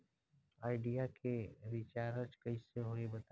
Idea के recharge कइसे होई बताईं?